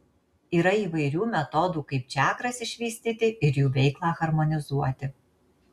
yra įvairių metodų kaip čakras išvystyti ir jų veiklą harmonizuoti